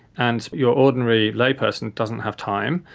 and your ordinary layperson doesn't have time,